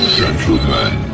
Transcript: gentlemen